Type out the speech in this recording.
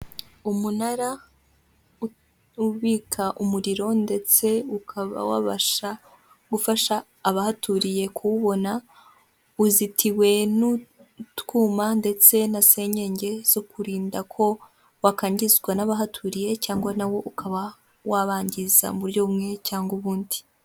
Umunara ubita umuriro ndetse ukaba wabasha gufasha abahaturiye kuwubona uzitiwe n'utwuma ndetse na senyenge zo kurinda ko wakangizwa n'abahaturiye cyangwa nawo ukaba wabangiza mu buryo bumwe cyangwa ubundi.